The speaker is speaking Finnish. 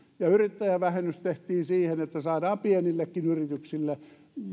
ja yrittäjävähennys tehtiin siksi että saadaan pienillekin yrityksille